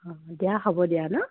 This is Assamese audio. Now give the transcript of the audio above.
অঁ দিয়া হ'ব দিয়া ন